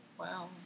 Wow